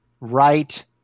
right